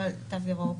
לא על תו ירוק.